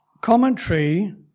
commentary